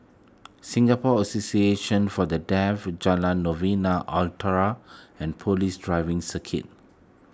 Singapore Association for the Deaf Jalan Novena Utara and Police Driving Circuit